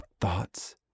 thoughts